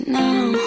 now